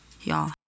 y'all